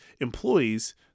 employees